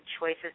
choices